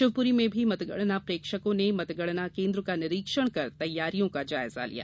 शिवपुरी में भी मतगणना प्रेक्षकों ने मतगणना केन्द्र का निरीक्षण कर तैयारियों का जायजा लिया